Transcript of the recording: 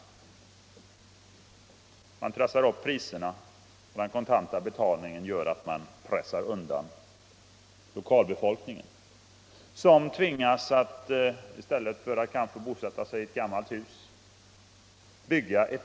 Turisterna pressar upp priserna, och den kontanta betalningen gör att de pressar undan lokalbefolkningen, som tvingas att i stället bygga nya hus utanför samhället.